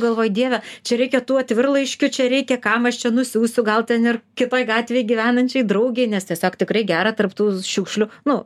galvoju dieve čia reikia tų atvirlaiškių čia reikia kam aš čia nusiųsiu gal ten ir kitoj gatvėj gyvenančiai draugei nes tiesiog tikrai gera tarp tų šiukšlių nu